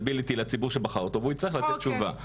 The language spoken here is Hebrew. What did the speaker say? יותר accountability לציבור שבחר אותו והוא יצטרך לתת תשובה.